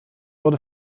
wurde